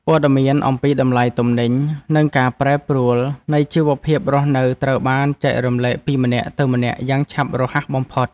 ព័ត៌មានអំពីតម្លៃទំនិញ និងការប្រែប្រួលនៃជីវភាពរស់នៅត្រូវបានចែករំលែកពីម្នាក់ទៅម្នាក់យ៉ាងឆាប់រហ័សបំផុត។